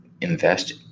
invest